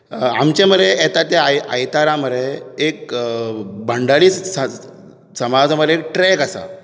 आमचे मरे येता त्या आयतारा मरे एक भांडारी समाज मरे ट्रॅक आसा